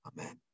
Amen